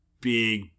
big